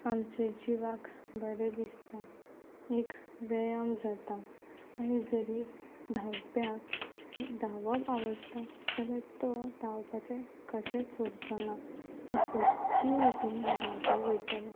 आमच्या जिवाक बरें दिसता एक व्यायाम जाता आनी जरीय धांवप्याक धांवप आवडटा जाल्यार तो धांवपाचें कशेंच सोडचो ना तो सद्दा उठून धांवपाक वयतलो